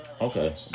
Okay